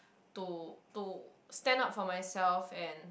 to to stand up for myself and